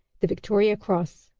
the victoria cross.